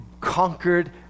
conquered